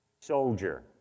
soldier